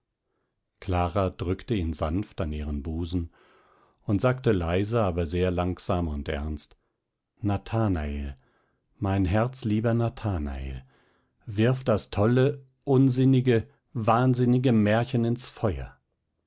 clara drückte ihn sanft an ihren busen und sagte leise aber sehr langsam und ernst nathanael mein herzlieber nathanael wirf das tolle unsinnige wahnsinnige märchen ins feuer